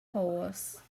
horse